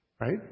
Right